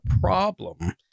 problem